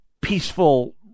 peaceful